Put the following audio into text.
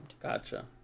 Gotcha